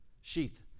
Sheath